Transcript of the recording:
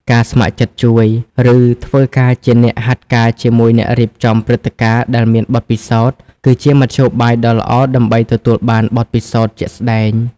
ការ ស្ម័គ្រចិត្តជួយ ឬធ្វើការជាអ្នកហាត់ការជាមួយអ្នករៀបចំព្រឹត្តិការណ៍ដែលមានបទពិសោធន៍ គឺជាមធ្យោបាយដ៏ល្អដើម្បីទទួលបានបទពិសោធន៍ជាក់ស្តែង។